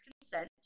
consent